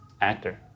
actor